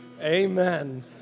Amen